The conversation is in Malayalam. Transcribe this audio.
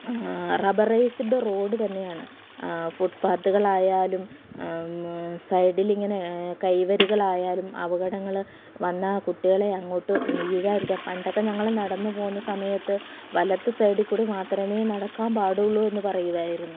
റബ്ബറേസ്ഡ് റോഡ് തന്നെയാണ് ഫുട്പ്പാത്തുകളായാലും സൈഡിലിങ്ങനെ കൈവരികളായാലും അപകടങ്ങൾ വന്ന കുട്ടികളെ അങ്ങോട്ട് വീഴാതിരിക്കാം പണ്ടൊക്കെ ഞങ്ങൾ നടന്ന് പോകുന്ന സമയത്ത് വലത്ത് സൈഡ കൂടി മാത്രമേ നടക്കാൻ പാടുള്ളൂ എന്ന് പറയുമായിരുന്നു